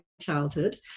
childhood